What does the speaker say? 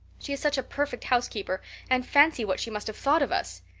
she is such a perfect housekeeper and fancy what she must have thought of us.